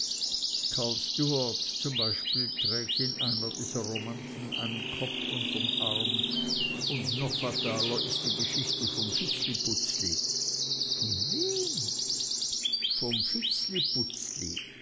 karl stuart zum beispiel trägt in einer dieser romanzen seinen kopf unterm arm und noch fataler ist die geschichte vom vitzliputzli von wem vom